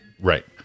Right